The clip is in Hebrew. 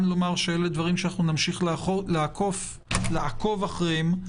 לומר שאלה דברים שנמשיך לעקוב אחריהם.